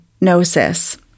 gnosis